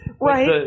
Right